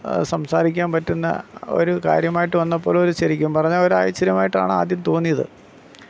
സംസാരിക്കാൻ പറ്റുന്ന ഒരു കാര്യമായിട്ട് വന്നപ്പോൾ ഒരു ശരിക്കും പറഞ്ഞാൽ ഒരു ആശ്ചര്യമായിട്ടാണ് ആദ്യം തോന്നിയത്